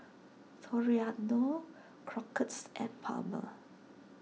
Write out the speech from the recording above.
Toriano Crocketts and Palmer